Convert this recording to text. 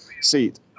seat